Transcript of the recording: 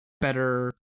better